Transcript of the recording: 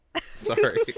Sorry